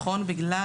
נכון, שהוא פוגע.